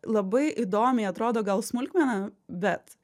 labai įdomiai atrodo gal smulkmena bet